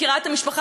מכירה את המשפחה,